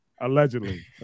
Allegedly